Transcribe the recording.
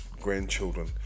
grandchildren